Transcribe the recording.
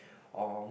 or